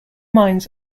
mines